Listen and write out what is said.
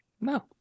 No